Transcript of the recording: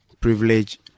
privilege